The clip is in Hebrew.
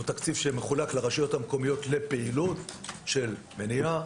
זה תקציב שמחולק לרשויות המקומיות לטובת פעילות של מניעה,